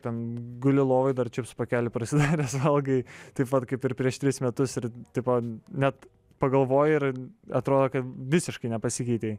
ten guli lovoj dar čipsų pakelį prasidaręs valgai taip pat kaip ir prieš tris metus ir tipo net pagalvoji ir atrodo kad visiškai nepasikeitei